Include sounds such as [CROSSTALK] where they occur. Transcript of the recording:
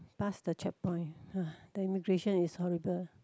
pass the checkpoint [BREATH] then immigration is horrible